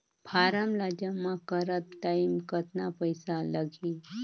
Form ला जमा करत टाइम कतना पइसा लगही?